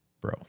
bro